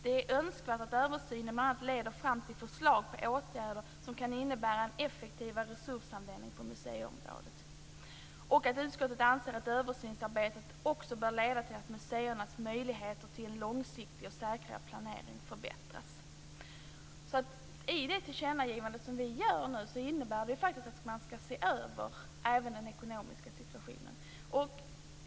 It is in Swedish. Det är önskvärt att översynen bl.a. leder fram till förslag på åtgärder som kan innebära en effektivare resursanvändning på museiområdet. Utskottet anser att översynsarbetet också bör leda till att museernas möjligheter till en långsiktig och säkrare planering förbättras". Det tillkännagivande vi gör nu innebär faktiskt att man ska se över även den ekonomiska situationen.